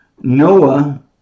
Noah